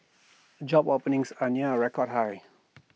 job openings are near A record high